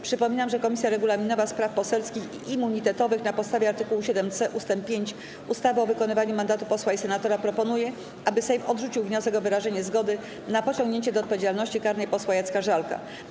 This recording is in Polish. Przypominam, że Komisja Regulaminowa, Spraw Poselskich i Immunitetowych na podstawie art. 7c ust. 5 ustawy o wykonywaniu mandatu posła i senatora proponuje, aby Sejm odrzucił wniosek o wyrażenie zgody na pociągnięcie do odpowiedzialności karnej posła Jacka Żalka.